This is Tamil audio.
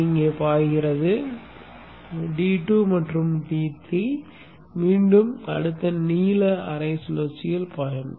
இது இங்கே பாய்கிறது D2 மற்றும் D3 மீண்டும் அடுத்த நீல அரை சுழற்சியில் பாயும்